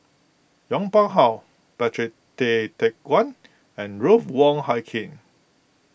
Yong Pung How Patrick Tay Teck Guan and Ruth Wong Hie King